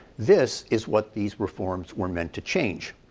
this is what these reforms were meant to change.